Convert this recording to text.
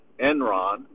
Enron